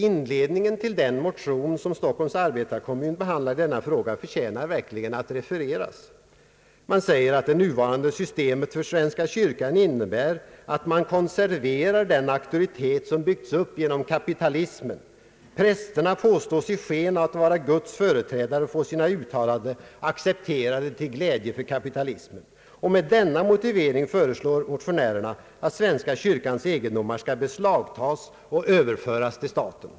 Inledningen till den motion, som Stockholms arbetarekommun behandlade i denna fråga, förtjänar verkligen att refereras. Där sägs att det nuvarande systemet för svenska kyrkan innebär, att man konserverar den auktoritet som byggts upp genom kapitalismen. Prästerna påstås ge sig sken av att vara Guds företrädare och skulle därför få sina uttalanden accepterade till glädje för kapitalismen. Med denna motivering föreslår motionärerna att svenska kyrkans egendomar skall beslagtas och överföras till staten.